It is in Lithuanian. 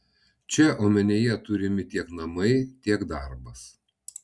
čia omenyje turimi tiek namai tiek darbas